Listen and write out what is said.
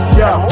yo